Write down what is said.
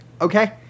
Okay